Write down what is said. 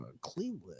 Cleveland